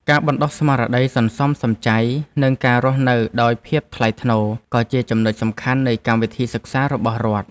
ការបណ្តុះស្មារតីសន្សំសំចៃនិងការរស់នៅដោយភាពថ្លៃថ្នូរក៏ជាចំណុចសំខាន់នៃកម្មវិធីសិក្សារបស់រដ្ឋ។